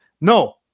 no